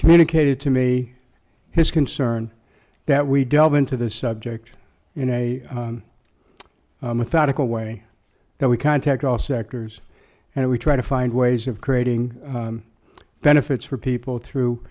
communicated to me his concern that we delve into this subject in a without a way that we contact all sectors and we try to find ways of creating benefits for people through